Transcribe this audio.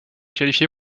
qualifiés